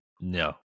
no